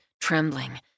trembling